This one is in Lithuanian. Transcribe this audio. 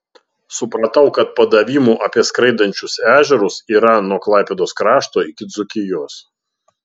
supratau kad padavimų apie skraidančius ežerus yra nuo klaipėdos krašto iki dzūkijos